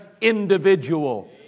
individual